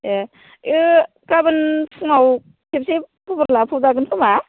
ए'ओ गाबोन फुङाव खेबसे खबर लाबावजागोन खोमा